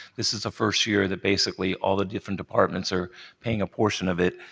this is the first year that basically all the different departments are paying a portion of it.